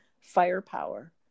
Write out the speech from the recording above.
firepower